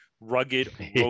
rugged